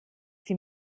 sie